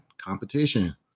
Competition